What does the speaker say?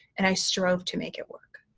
and i strove to make it work.